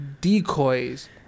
decoys